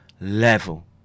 level